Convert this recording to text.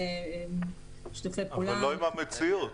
אבל לא עם המציאות.